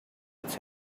its